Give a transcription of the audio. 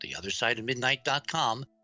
theothersideofmidnight.com